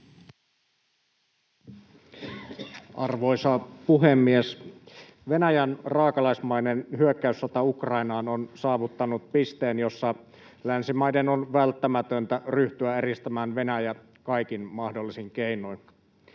Arvoisa puhemies! Venäjän raakalaismainen hyökkäyssota Ukrainassa on saavuttanut pisteen, jossa länsimaiden on välttämätöntä ryhtyä eristämään Venäjä kaikin mahdollisin keinoin.